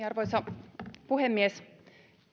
arvoisa puhemies